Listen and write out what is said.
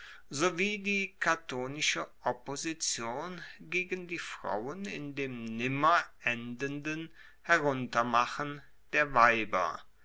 sowie die catonische opposition gegen die frauen in dem nimmer endenden heruntermachen der weiber